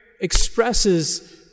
expresses